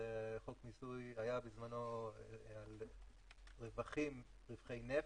זה היה חוק מיסוי בזמנו על רווחי נפט,